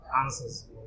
answers